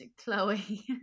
chloe